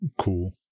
cool